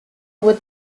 what